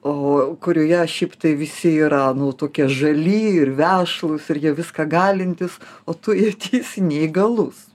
o kurioje šiaip tai visi yra tokie žali ir vešlūs ir jie viską galintys o tu jautiesi neįgalus